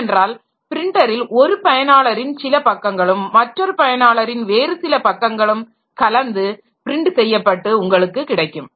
ஏனென்றால் பிரின்டரில் ஒரு பயனாளரின் சில பக்கங்களும் மற்றொரு பயனாளரின் வேறு சில பக்கங்களும் கலந்து பிரின்ட் செய்யப்பட்டு உங்களுக்கு கிடைக்கும்